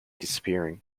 disappearing